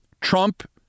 Trump